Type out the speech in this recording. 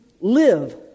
live